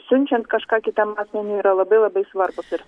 siunčiant kažką kitam asmeniui yra labai labai svarbūs ir